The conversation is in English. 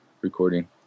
recording